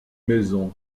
maisons